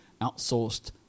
outsourced